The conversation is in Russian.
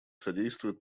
содействуют